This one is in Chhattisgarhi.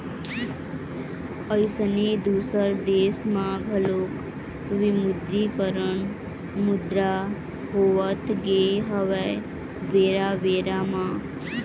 अइसने दुसर देश म घलोक विमुद्रीकरन मुद्रा होवत गे हवय बेरा बेरा म